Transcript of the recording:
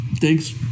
thanks